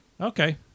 Okay